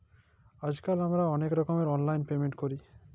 আইজকাল আমরা অলেক রকমের অললাইল পেমেল্ট ক্যরি